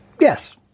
Yes